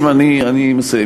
אני מסיים.